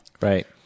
Right